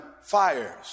fires